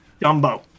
Dumbo